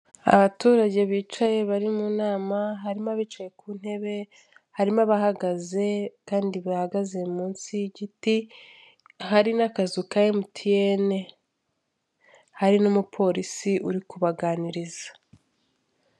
Abaturage bicaye bari mu nama harimo abicaye ku ntebe, harimo abahagaze kandi bahagaze munsi y'igiti, hari n'akazu ka MTN hari n'umupolisi uri kubaganiriza.